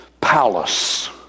palace